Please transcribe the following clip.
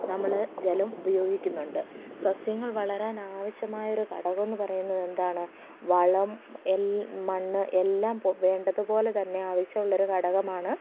നമ്മൾ ജലം ഉപയോഗിക്കുന്നുണ്ട് സസ്യങ്ങൾ വളരാനാവശ്യമായൊരു ഘടകം എന്നു പറയുന്നത് എന്താണ് വളം മണ്ണ് എല്ലാം വേണ്ടതുപോലെത്തന്നെ ആവശ്യമുള്ളൊരു ഘടകമാണ്